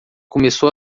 começou